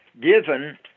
given